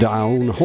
Down